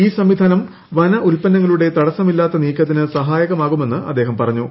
ഈ സംവിധാനം വന ഉത്പന്നങ്ങളുടെ തടസ്സമില്ലാത്ത നീക്കത്തിന് സഹായകമാകുമെന്ന് അദ്ദേഹം പറഞ്ഞു